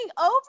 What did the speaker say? over